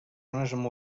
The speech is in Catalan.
persones